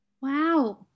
Wow